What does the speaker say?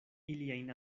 iliajn